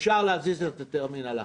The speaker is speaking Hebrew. אפשר להזיז את הטרמינל עכשיו,